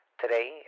today